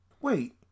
Wait